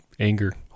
anger